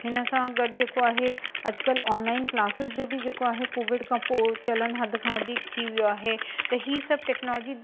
हिन सां गॾु जेको आहे अॼुकल्ह ऑनलाइन क्लासिस जो बि जेको आहे कोविड खां पोइ चलन हद खां वधीक थी वियो आहे त हीअ सभु टेक्नोलॉजी